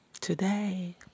today